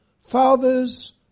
Fathers